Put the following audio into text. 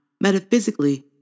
Metaphysically